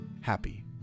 happy